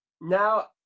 now